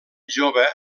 jove